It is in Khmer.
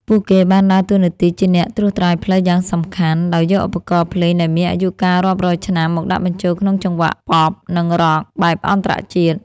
ពួកគេបានដើរតួនាទីជាអ្នកត្រួសត្រាយផ្លូវយ៉ាងសំខាន់ ដោយយកឧបករណ៍ភ្លេងដែលមានអាយុកាលរាប់រយឆ្នាំមកដាក់បញ្ចូលក្នុងចង្វាក់ ប៉ុប(Pop) និង រ៉ក់(Rock) បែបអន្តរជាតិ។